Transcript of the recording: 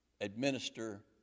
administer